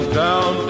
down